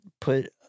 put